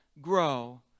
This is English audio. grow